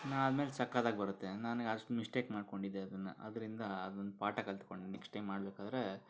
ನಾದಮೇಲೆ ಸಕತ್ತಾಗಿ ಬರುತ್ತೆ ನನ್ಗೆ ಅಷ್ಟು ಮಿಸ್ಟೇಕ್ ಮಾಡ್ಕೊಂಡಿದ್ದೆ ಅದನ್ನು ಅದರಿಂದ ಅದೊಂದು ಪಾಠ ಕಲಿತ್ಕೊಂಡು ನೆಕ್ಸ್ಟ್ ಟೈಮ್ ಮಾಡ್ಲಿಕ್ಕಾದರೆ